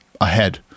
ahead